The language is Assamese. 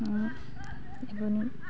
এইবোৰ